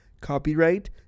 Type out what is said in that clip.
Copyright